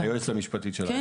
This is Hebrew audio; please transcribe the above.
היועצת המשפטית שלנו.